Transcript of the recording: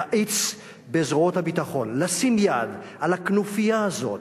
להאיץ בזרועות הביטחון לשים יד על הכנופיה הזאת,